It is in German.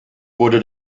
wurde